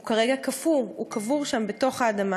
הוא כרגע קפוא, הוא קבור שם בתוך האדמה,